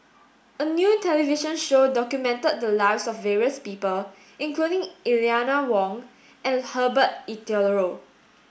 a new television show documented the lives of various people including Eleanor Wong and Herbert Eleuterio